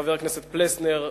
חבר הכנסת פלסנר,